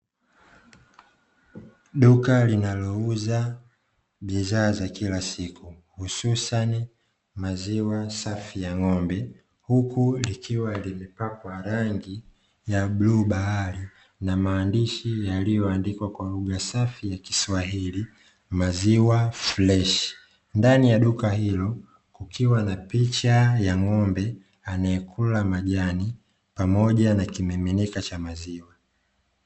Duka linalouza bidhaa za kila siku hususani maziwa safi ya ng'ombe, huku likiwa limepakwa rangi ya bluu bahari na maandishi yaliyoandikwa kwa lugha safi ya kiswahili "Maziwa Freshi". Ndani ya duka hilo kukiwa na picha ya ng'ombe anayekula majani, pamoja na kimiminika cha maziwa.